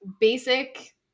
basic